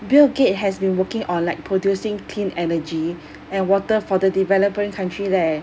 bill gate has been working on like producing clean energy and water for the developing country leh